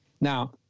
Now